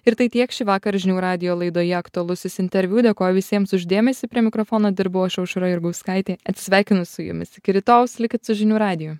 ir tai tiek šįvakar žinių radijo laidoje aktualusis interviu dėkoju visiems už dėmesį prie mikrofono dirbau aš aušra jurgauskaitė atsisveikinu su jumis iki rytojaus likit su žinių radiju